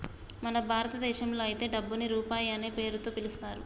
మన భారతదేశంలో అయితే డబ్బుని రూపాయి అనే పేరుతో పిలుత్తారు